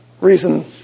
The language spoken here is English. reason